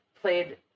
played